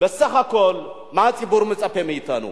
בסך הכול, מה הציבור מצפה מאתנו?